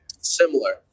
Similar